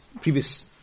previous